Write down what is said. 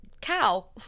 cow